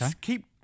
keep